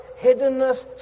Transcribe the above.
hiddenness